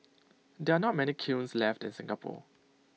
there are not many kilns left in Singapore